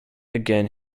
again